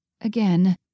Again